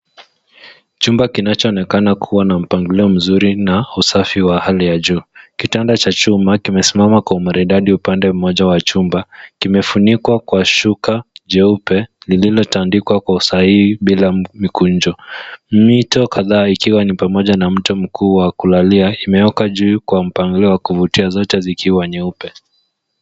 Chumba kinachoonekana kuwa na mpangilio mzuri na usafi wa hali ya juu. Kitanda cha chuma kimesimama kwa umaridadi upande mmoja wa chumba. Kimefunikwa kwa shuka jeupe lililotandikwa kwa usahihi bila mikunjo. Mito kadhaa ikiwa ni pamoja na mto mkuu wa kulalia, imeoka juu kwa mpangilio wa kuvutia, zote zikiwa nyeupe.